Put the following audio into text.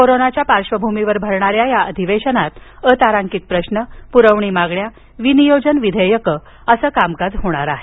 कोरोनाच्या पार्श्वभूमीवर भरणाऱ्या या अधिवेशनात अतारांकित प्रश्न प्रवणी मागण्या विनियोजन विधेयक असं कामकाज होणार आहे